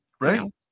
right